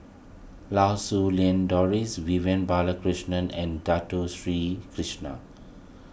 Lau Siew Lang Doris Vivian Balakrishnan and Dato Sri Krishna